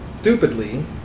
stupidly